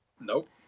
Nope